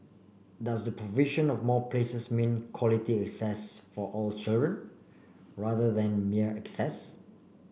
does the provision of more places mean quality access for all children rather than mere access